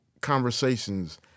conversations